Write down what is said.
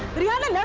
rihana.